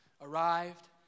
arrived